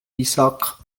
isaak